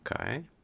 Okay